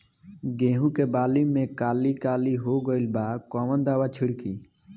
गेहूं के बाली में काली काली हो गइल बा कवन दावा छिड़कि?